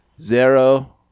Zero